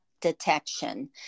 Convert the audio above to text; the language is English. Detection